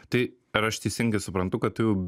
tai ar aš teisingai suprantu kad tu jau